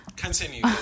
continue